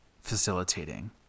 facilitating